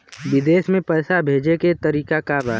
विदेश में पैसा भेजे के तरीका का बा?